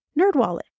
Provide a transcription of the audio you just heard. NerdWallet